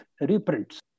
reprints